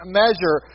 measure